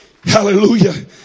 Hallelujah